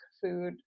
food